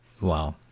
Wow